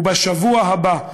ובשבוע הבא,